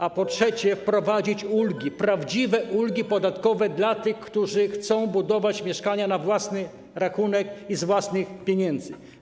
A po trzecie, wprowadzić ulgi, prawdziwe ulgi podatkowe dla tych, którzy chcą budować mieszkania na własny rachunek i z własnych pieniędzy.